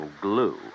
glue